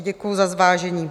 Děkuju za zvážení.